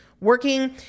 working